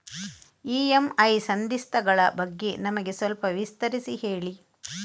EMI ಸಂಧಿಸ್ತ ಗಳ ಬಗ್ಗೆ ನಮಗೆ ಸ್ವಲ್ಪ ವಿಸ್ತರಿಸಿ ಹೇಳಿ